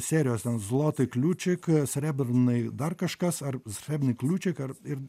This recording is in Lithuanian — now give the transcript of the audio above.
serijos ant zlotai kliūčik kas yra bernai dar kažkas ar cheminį kliūčik ar ir